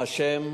האשם